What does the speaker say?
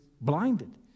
blinded